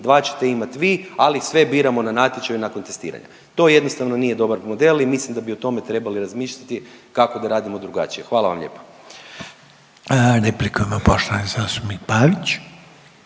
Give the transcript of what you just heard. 2 ćete imat vi, ali sve biramo na natječaju nakon testiranja. To jednostavno nije dobar model i mislim da bi o tome trebali razmišljati kako da radimo drugačije. Hvala vam lijepa. **Reiner, Željko